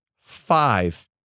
five